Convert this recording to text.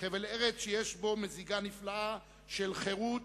"חבל ארץ שיש בו מזיגה נפלאה של חירות,